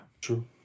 True